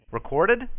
Recorded